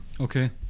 Okay